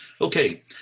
Okay